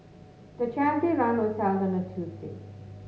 the charity run was held on a Tuesday